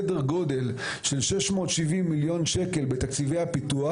סדר גודל של 670 מיליון שקלים בתקציבי הפיתוח,